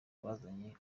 bazanye